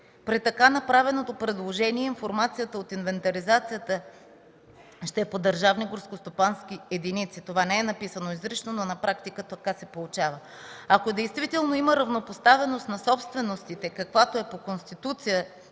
При така направеното предложение, информацията от инвентаризацията ще е по държавни горскостопански единици. Това не е написано изрично, но на практика така се получава. Ако действително има равнопоставеност на собственостите, както по Конституция